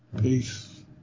peace